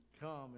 come